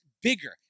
bigger